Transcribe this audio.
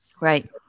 Right